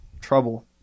trouble